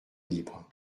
libre